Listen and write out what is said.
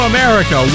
America